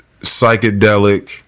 psychedelic